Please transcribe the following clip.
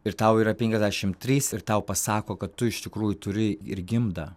ir tau yra penkiasdešim trys ir tau pasako kad tu iš tikrųjų turi ir gimdą